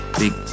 big